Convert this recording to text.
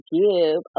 give